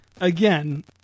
again